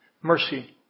mercy